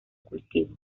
cultivo